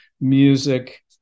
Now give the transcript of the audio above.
music